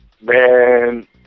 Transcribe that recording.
Man